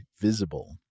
Visible